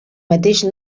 mateix